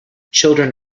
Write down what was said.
children